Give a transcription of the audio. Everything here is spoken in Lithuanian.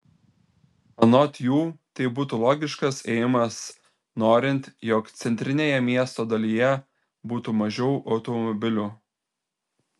anot jų tai būtų logiškas ėjimas norint jog centrinėje miesto dalyje būtų mažiau automobilių